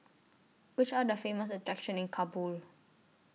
Which Are The Famous attractions in Kabul